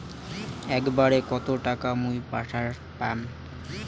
একবারে কত টাকা মুই পাঠের পাম?